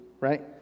right